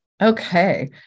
Okay